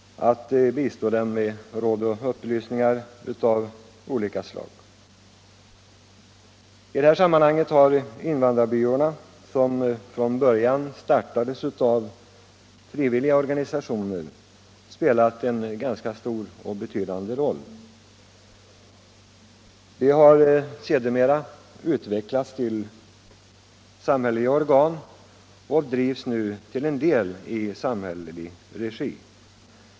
Det gäller att bistå dem med råd och upplysningar av olika slag. I det här sammanhanget har invandrarbyråerna, som från början startades av frivilliga organisationer, spelat en ganska betydande roll. De har sedermera utvecklats till samhälleliga organ och drivs nu till en del i samhällelig regi.